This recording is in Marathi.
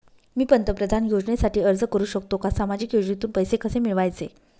मी पंतप्रधान योजनेसाठी अर्ज करु शकतो का? सामाजिक योजनेतून पैसे कसे मिळवायचे